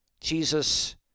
Jesus